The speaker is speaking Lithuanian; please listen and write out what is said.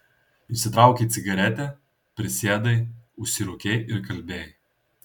išsitraukei cigaretę prisėdai užsirūkei ir kalbėjai